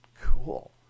Cool